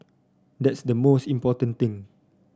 that's the most important thing